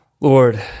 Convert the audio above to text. Lord